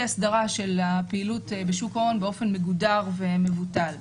הסדרה של הפעילות בשוק ההון באופן מגודר ומבודל.